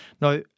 Now